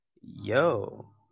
yo